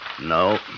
no